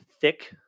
thick